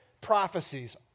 prophecies